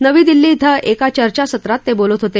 नवी दिल्ली इथं एका चर्चासत्रात ते बोलत होते